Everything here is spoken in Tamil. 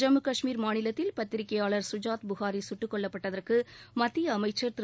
ஜம்மு கஷ்மீர் மாநிலத்தில் பத்திரிக்கையாளர் கஜாத் புகாரி குட்டுக்கொல்லப்பட்டதற்கு மத்திய அமைச்சர் திரு